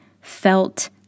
felt